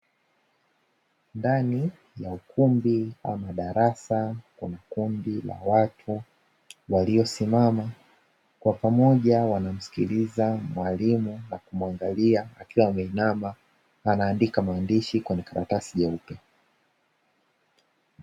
Ndani ya ukumbi ama darasa, kuna kundi la watu waliosimama kwa pamoja, wanamsikiliza mwalimu na kumuangalia akiwa ameinama, anaandika maandishi katika karatasi jeupe.